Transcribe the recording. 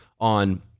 on